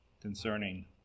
concerning